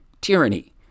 tyranny